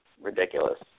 ridiculous